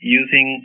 using